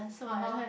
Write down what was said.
(uh huh)